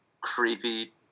creepy